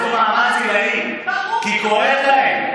עשו מאמץ עילאי, ברור, כי כואב להם.